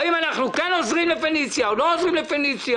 האם אנחנו כן עוזרים לפניציה או לא עוזרים לפניציה.